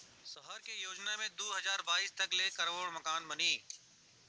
सहर के योजना मे दू हज़ार बाईस तक ले करोड़ मकान बनी